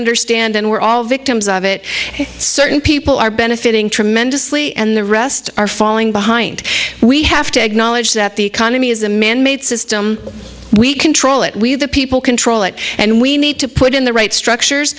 understand and we're all victims of it certain people are benefiting tremendously and the rest are falling behind we have to acknowledge that the economy is a man made system we control it we the people control it and we need to put in the right structures